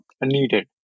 needed